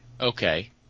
Okay